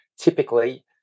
typically